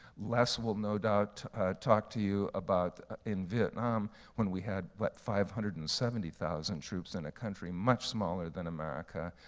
les will no doubt talk to you about in vietnam when we had but five hundred and seventy thousand troops in a country much smaller than america,